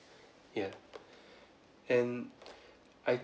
ya and I